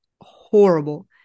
horrible